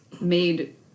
made